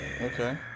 Okay